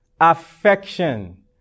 Affection